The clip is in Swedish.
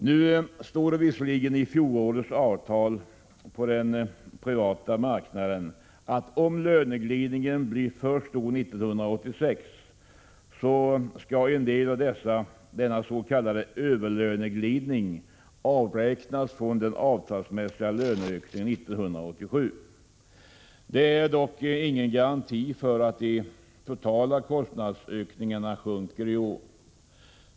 Nu står det visserligen i fjolårets avtal på den privata marknaden, att om löneglidningen blir för stor 1986 så skall en del av denna s.k. överlöneglidning avräknas från den avtalsmässiga löneökningen 1987. Detta är dock ingen garanti för att de totala kostnadsökningarna sjunker i år.